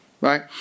right